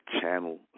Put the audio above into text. channel